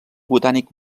botànic